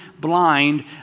blind